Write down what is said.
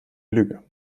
lüge